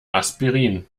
aspirin